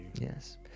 Yes